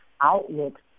outlooks